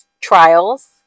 trials